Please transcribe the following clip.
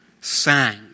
sang